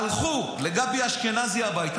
הלכו לגבי אשכנזי הביתה.